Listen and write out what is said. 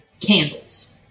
Candles